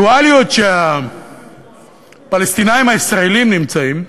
בדואליות שהפלסטינים הישראלים נמצאים,